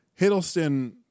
Hiddleston